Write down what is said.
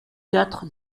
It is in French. quatre